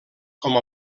com